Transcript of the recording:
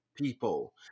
people